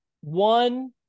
one